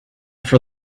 for